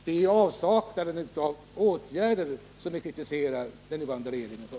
Det är alltså avsaknaden av åtgärder som vi kritiserar den nuvarande regeringen för.